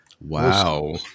Wow